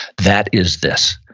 that is this.